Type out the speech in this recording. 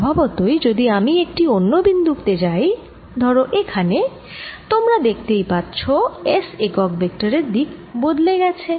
স্বভাবতই যদি আমি একটি অন্য বিন্দু তে যাই ধরে এখানে তোমরা দেখতেই পাচ্ছ S একক ভেক্টরের দিক বদলে গেছে